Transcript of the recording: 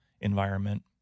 environment